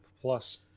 plus